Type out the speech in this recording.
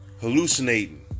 hallucinating